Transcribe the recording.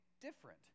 different